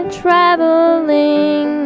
traveling